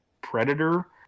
Predator